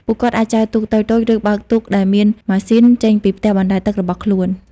ពួកគាត់អាចចែវទូកតូចៗ ឬបើកទូកដែលមានម៉ាស៊ីន ចេញពីផ្ទះបណ្តែតទឹករបស់ខ្លួន។